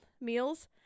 meals